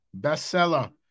bestseller